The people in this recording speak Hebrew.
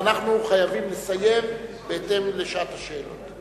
ואנחנו חייבים לסיים בהתאם לשעת השאלות.